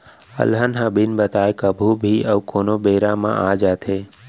अलहन ह बिन बताए कभू भी अउ कोनों बेरा म आ जाथे